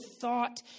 thought